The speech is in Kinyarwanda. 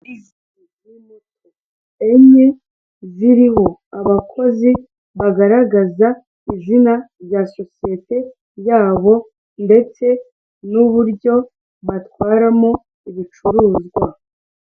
Izi ni moto enye ziriho abakozi bagaragaza izina rya sosiyete yabo ndetse n'uburyo batwaramo ibicuruzwa.